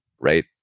right